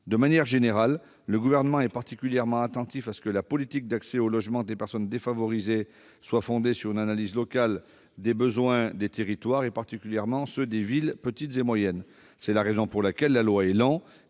De manière générale, le Gouvernement est particulièrement attentif à ce que la politique d'accès au logement des personnes défavorisées soit fondée sur une analyse locale des besoins des territoires, particulièrement ceux des villes petites et moyennes. C'est la raison pour laquelle la loi ÉLAN, qui